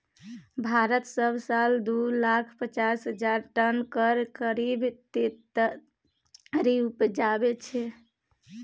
भारत सब साल दु लाख पचास हजार टन केर करीब तेतरि उपजाबै छै